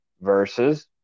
versus